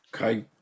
Okay